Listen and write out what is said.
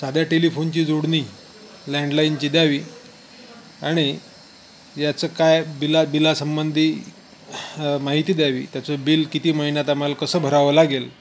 साध्या टेलिफोनची जोडणी लँडलाईनची द्यावी आणि याचं काय बिला बिलासंबंधी माहिती द्यावी त्याचं बिल किती महिन्यात आम्हाला कसं भरावं लागेल